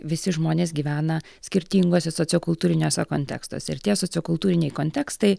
visi žmonės gyvena skirtinguose sociokultūriniuose kontekstuose ir tie sociokultūriniai kontekstai